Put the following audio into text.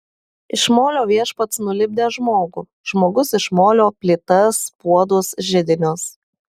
iš molio viešpats nulipdė žmogų žmogus iš molio plytas puodus židinius